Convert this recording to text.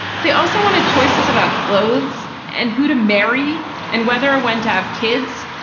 but they also wanted choices about clothes and who to marry and whether or when to have kids.